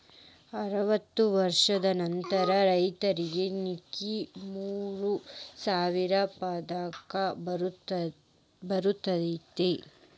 ಅರ್ವತ್ತ ವರ್ಷ ಆದ ರೈತರಿಗೆ ನಿಕ್ಕಿ ಮೂರ ಸಾವಿರ ಪಗಾರ ಬರ್ತೈತಿ